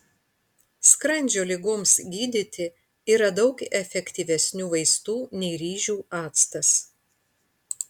skrandžio ligoms gydyti yra daug efektyvesnių vaistų nei ryžių actas